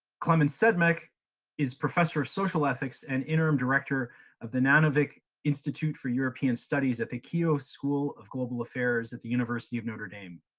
clemens sedmak is professor of social ethics and interim director of the nanovic institute for european studies at the keough school of global affairs at the university of notre dame.